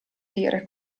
dire